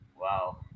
Wow